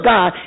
God